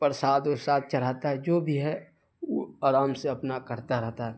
پرساد ورساد چڑھاتا ہے جو بھی ہے وہ آرام سے اپنا کرتا رہتا ہے